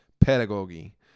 pedagogy